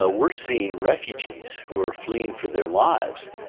ah we're seeing refugees who are fleeing for their lives.